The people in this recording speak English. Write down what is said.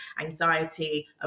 anxiety